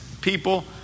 people